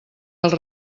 dels